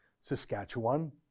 Saskatchewan